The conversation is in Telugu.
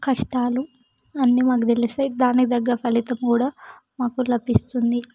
కష్టాలు అన్ని మాకు తెలుస్తాయి దానికి తగ్గ ఫలితం కూడా మాకు లభిస్తుంది